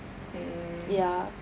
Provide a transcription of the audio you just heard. mm